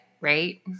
right